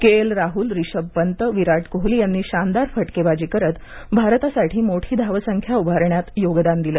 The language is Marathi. के एल राहुल रिषभ पंत विरत कोहली यांनी शानदार फटकेबाजी करत भारतासाठी मोठी धावसंख्या उभारण्यात योगदान दिलं